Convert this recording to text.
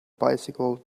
bicycle